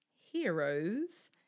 heroes